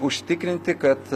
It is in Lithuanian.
užtikrinti kad